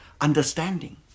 understanding